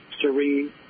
serene